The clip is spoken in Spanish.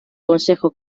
consejo